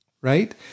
right